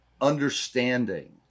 understanding